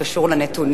שירותים),